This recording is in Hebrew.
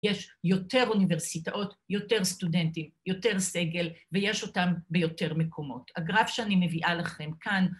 ‫יש יותר אוניברסיטאות, יותר סטודנטים, ‫יותר סגל, ויש אותם ביותר מקומות. ‫הגרף שאני מביאה לכם כאן